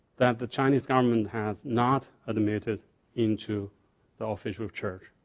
that the chinese government has not admitted into the official church.